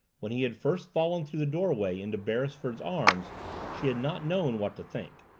when he had first fallen through the doorway into beresford's arms she had not known what to think.